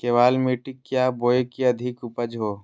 केबाल मिट्टी क्या बोए की अधिक उपज हो?